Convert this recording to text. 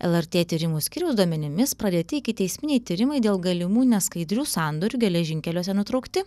lrt tyrimų skyriaus duomenimis pradėti ikiteisminiai tyrimai dėl galimų neskaidrių sandorių geležinkeliuose nutraukti